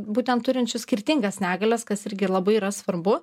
būtent turinčių skirtingas negalias kas irgi labai yra svarbu